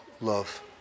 love